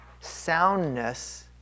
soundness